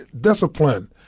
discipline